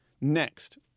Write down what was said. Next